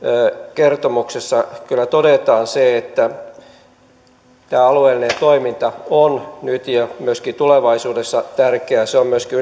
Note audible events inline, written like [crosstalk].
kertomuksessa kyllä todetaan se että tämä alueellinen toiminta on nyt ja myöskin tulevaisuudessa tärkeää se on myöskin [unintelligible]